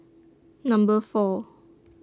Number four